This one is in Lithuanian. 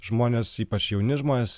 žmonės ypač jauni žmonės